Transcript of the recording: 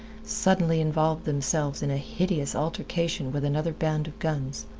suddenly involved themselves in a hideous altercation with another band of guns.